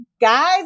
guys